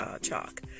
chalk